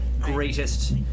greatest